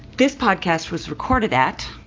this podcast was recorded at.